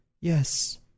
Yes